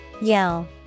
Yell